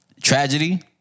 tragedy